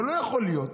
אבל לא יכול להיות